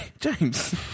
James